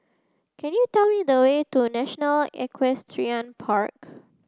can you tell me the way to National Equestrian Park